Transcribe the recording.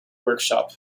workshop